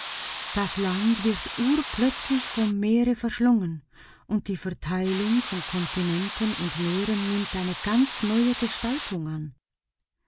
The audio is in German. das land wird urplötzlich vom meere verschlungen und die verteilung von kontinenten und meeren nimmt eine ganz neue gestaltung an